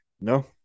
No